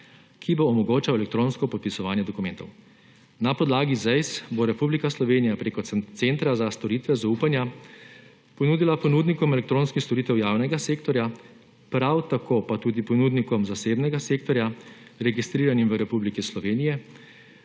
ki bo omogočal elektronsko podpisovanje dokumentov. Na podlagi ZEISZ bo Republika Slovenija prek centra za storitve zaupanja ponudila ponudnikom elektronskih storitev javnega sektorja, prav tako pa tudi ponudnikom zasebnega sektorja, registriranim v Republiki Sloveniji,